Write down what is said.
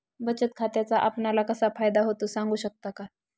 बचत खात्याचा आपणाला कसा फायदा होतो? सांगू शकता का?